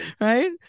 Right